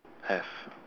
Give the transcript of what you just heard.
have